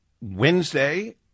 Wednesday